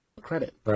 credit